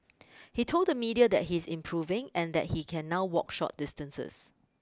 he told the media that he is improving and that he can now walk short distances